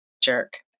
jerk